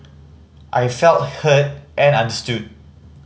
I felt heard and understood